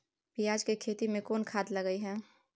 पियाज के खेती में कोन खाद लगे हैं?